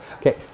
Okay